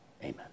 amen